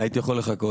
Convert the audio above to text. הייתי יכול לחכות,